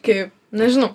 kaip nežinau